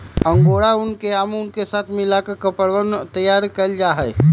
angora ऊन के आम ऊन के साथ मिलकर कपड़वन तैयार कइल जाहई